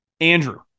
Andrew